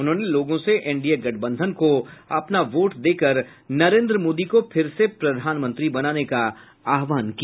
उन्होंने लोगों से एनडीए गठबंधन को अपना वोट देकर नरेंद्र मोदी को फिर से प्रधानमंत्री बनाने का आहवान किया